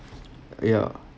yeah